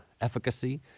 efficacy